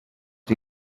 die